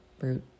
root